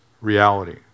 reality